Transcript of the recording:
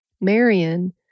Marion